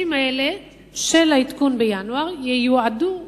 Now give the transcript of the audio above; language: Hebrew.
הכספים האלה של העדכון בינואר ייועדו